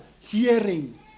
hearing